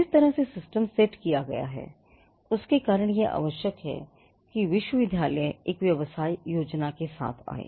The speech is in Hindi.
जिस तरह से सिस्टम सेट किया गया है उसके कारण यह आवश्यक है कि विश्वविद्यालय एक व्यवसाय योजना के साथ आए